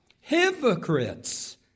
Hypocrites